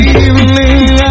evening